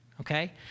okay